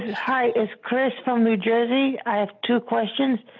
hi it's chris from new jersey i have two questions.